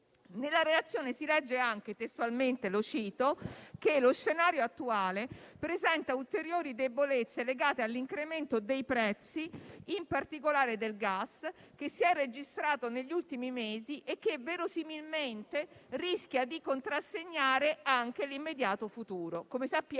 Nella relazione si legge anche testualmente che «Lo scenario attuale presenta ulteriori debolezze legate all'incremento dei prezzi, in particolare del gas, che si è registrato negli ultimi mesi e che verosimilmente rischia di contrassegnare anche l'immediato futuro».